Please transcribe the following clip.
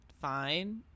fine